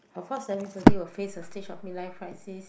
of course everybody will face the stage of mid life crisis